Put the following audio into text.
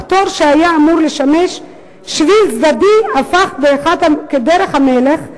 הפטור שהיה אמור לשמש שביל צדדי הפך באחת לדרך המלך,